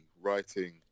writing